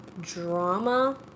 drama